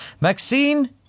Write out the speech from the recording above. Maxine